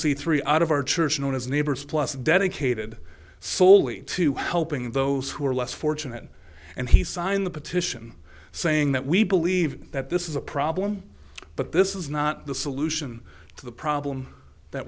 c three out of our church known as neighbors plus dedicated soley to helping those who are less fortunate and he signed the petition saying that we believe that this is a problem but this is not the solution to the problem that